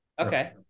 Okay